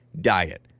diet